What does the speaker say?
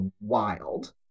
wild